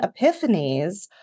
epiphanies